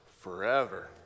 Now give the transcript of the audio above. forever